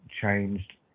changed